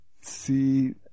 see